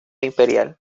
imperial